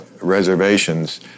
reservations